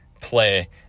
play